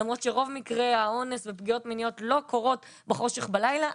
למרות שרוב מקרי האונס ופגיעות מיניות לא קורות בחושך בלילה,